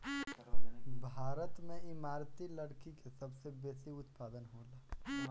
भारत में इमारती लकड़ी के सबसे बेसी उत्पादन होला